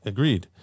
Agreed